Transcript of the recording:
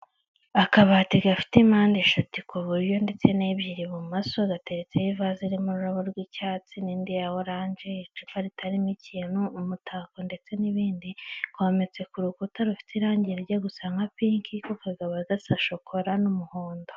Akabati gafite mpande eshatu ku buryo ndetse n' ebyiri ibumoso, gateretse ivaze zirimo ururabo rw'icyatsi n'indi ya oranje, icupa ritarimo ikintu, umutako ndetse n'ibindi wometse ku rukuta rufite irangi rijya gusa nka pinki, ko kakaba gasa shokora n'umuhondo.